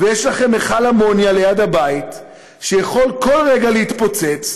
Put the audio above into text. ויש לכם מכל אמוניה ליד הבית שיכול כל רגע להתפוצץ,